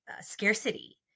scarcity